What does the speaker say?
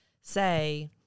say